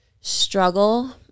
struggle